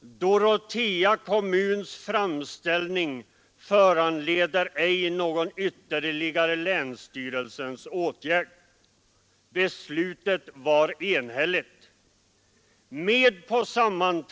”Dorotea kommuns framställning föranleder ej någon ytterligare länsstyrelsens åtgärd.” Beslutet var enhälligt.